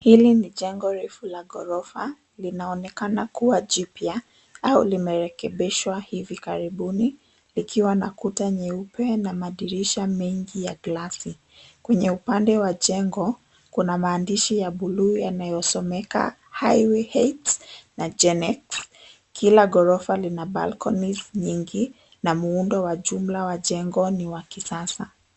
Hili ni jengo refu la ghorofa linaonekana kuwa jipya au limerekebishwa hivi karibuni ikiwa na kuta nyeupe na madirisha mengi ya glasi, kwenye upande wa jengo kuna maandishi ya buluu yanayosomeka [highway] na[ genex ]kila ghorofa lina balconies nyingi na muundo wa jumla wa jengo ni wa kisasa.